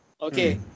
Okay